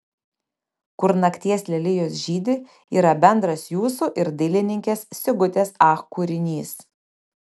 kur nakties lelijos žydi yra bendras jūsų ir dailininkės sigutės ach kūrinys